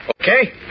Okay